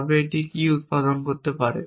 তবে এটি কী উত্পাদন করতে পারে